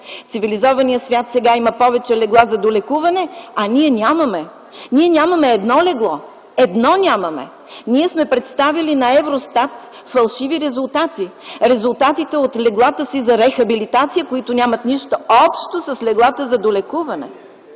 цивилизования свят сега има повече легла за долекуване, а ние нямаме. Ние нямаме едно легло. Едно нямаме! Ние сме представители на Евростат фалшиви резултати – резултатите от леглата си за рехабилитация, които нямат нищо общо с леглата за долекуване.